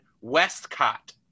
Westcott